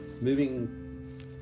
moving